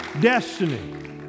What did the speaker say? destiny